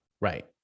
right